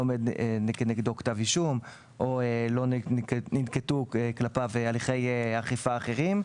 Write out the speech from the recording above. שלא עומד כנגדו צו אישום או שלא ננקטו כלפיו הליכי אכיפה אחרים.